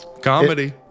Comedy